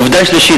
עובדה שלישית,